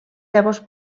llavors